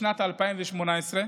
בשנת 2018,